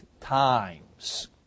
times